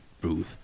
Booth